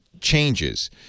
changes